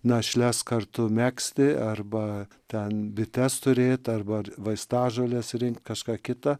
našles kartu megzti arba ten bites turėti arba vaistažoles rinkti kažką kita